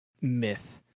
myth